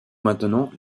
maintenant